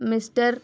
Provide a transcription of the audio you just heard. mister